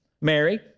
Mary